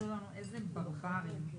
מה אנחנו עושים עכשיו אם לא דנים בסעיפים?